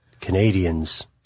Canadians